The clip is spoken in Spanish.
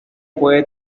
puede